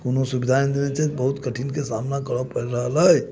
कोनो सुविधा नहि देने छथि बहुत कठिनके सामना करय पड़ि रहल अइ